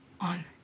on